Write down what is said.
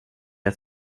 att